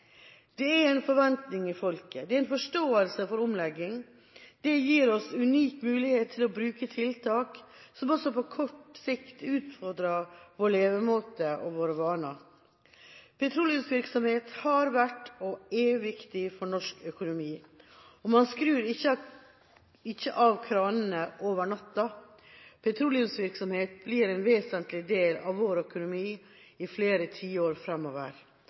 Det er en forventning i folket. Det er en forståelse for omlegging. Det gir oss en unik mulighet til å bruke tiltak som også på kort sikt utfordrer vår levemåte og våre vaner. Petroleumsvirksomhet har vært og er viktig for norsk økonomi, og man skrur ikke av kranene over natten. Petroleumsvirksomhet blir en vesentlig del av vår økonomi i flere